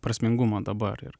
prasmingumą dabar ir